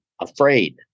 afraid